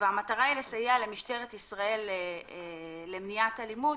והמטרה היא לסייע למשטרת ישראל במניעת אלימות